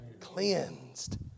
cleansed